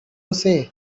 say